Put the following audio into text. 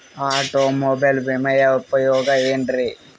Automobile ವಿಮೆಯ ಉಪಯೋಗ ಏನ್ರೀ?